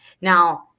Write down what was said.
Now